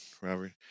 Robert